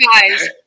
Guys